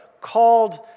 called